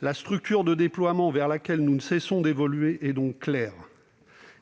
La structure de déploiement vers laquelle nous ne cessons d'évoluer est donc claire